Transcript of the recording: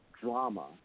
drama